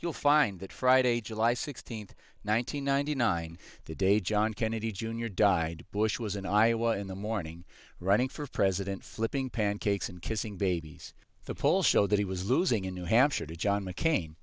you'll find that friday july sixteenth one thousand nine hundred ninety nine the day john kennedy jr died bush was in iowa in the morning running for president flipping pancakes and kissing babies the polls show that he was losing in new hampshire to john mccain